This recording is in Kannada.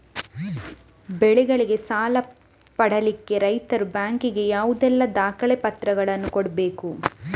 ಬೆಳೆಗಳಿಗೆ ಸಾಲ ಪಡಿಲಿಕ್ಕೆ ರೈತರು ಬ್ಯಾಂಕ್ ಗೆ ಯಾವುದೆಲ್ಲ ದಾಖಲೆಪತ್ರಗಳನ್ನು ಕೊಡ್ಬೇಕು?